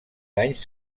danys